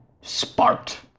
sparked